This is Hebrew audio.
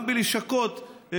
גם בלשכות,